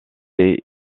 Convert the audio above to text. est